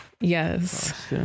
yes